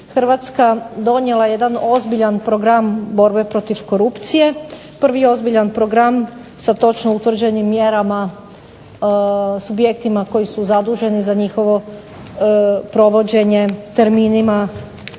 Hrvatska donijela jedan ozbiljan program borbe protiv korupcije, prvi ozbiljan program sa točno utvrđenim mjerama, subjektima koji su zaduženi za njihovo provođenje terminima,